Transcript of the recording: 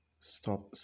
stop